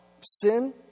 Sin